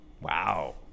Wow